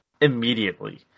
immediately